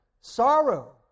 sorrow